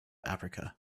africa